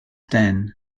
den